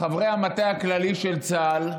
חברי המטה הכללי של צה"ל,